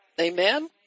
amen